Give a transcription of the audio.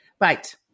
Right